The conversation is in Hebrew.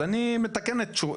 אז אני מתקן את תחושתך.